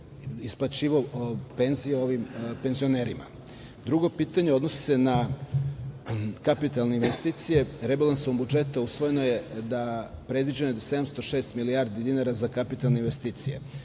isplaćivao penzije ovim penzionerima? Drugo pitanje odnosi se na kapitalne investicije. Rebalansom budžeta usvojeno je, predviđeno 706 milijardi dinara za kapitalne investicije.